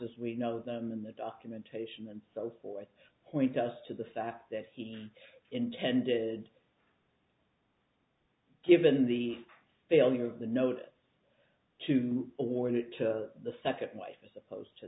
as we know them in the documentation and so forth point us to the fact that he intended given the failure of the notice to award it to the second wife as opposed to